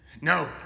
No